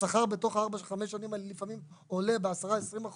השכר בתוך הארבע-חמש שנים האלה לפעמים עולה ב-10%-20%